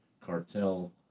cartel